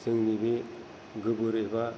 जोंनि बे गोबोर एबा